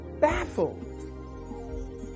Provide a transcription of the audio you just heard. Baffled